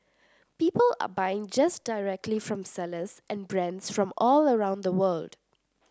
people are buying just directly from sellers and brands from all around the world